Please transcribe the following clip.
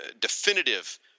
definitive –